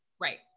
Right